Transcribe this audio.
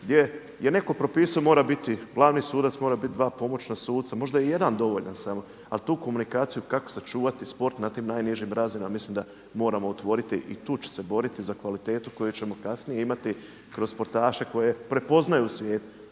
gdje je netko propisao mora biti glavni sudac, moraju biti dva pomoćna suca, možda je i jedan dovoljan samo. Ali tu komunikaciju kako sačuvati sport na tim najnižim razinama mislim da moramo otvoriti i tu ću se boriti za kvalitetu koju ćemo kasnije imati kroz sportaše koje prepoznaju u svijetu.